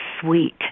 sweet